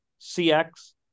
CX